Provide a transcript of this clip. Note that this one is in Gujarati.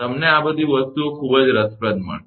તમને આ બધી વસ્તુઓ ખૂબ જ રસપ્રદ મળશે